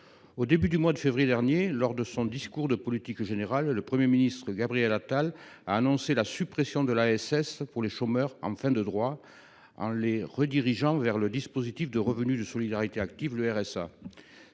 Au début du mois de février dernier, lors de son discours de politique générale, le Premier ministre Gabriel Attal a annoncé la suppression de l’ASS pour les chômeurs en fin de droits, en les redirigeant vers le revenu de solidarité active (RSA).